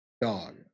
dog